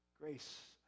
Grace